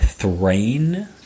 Thrain